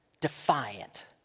defiant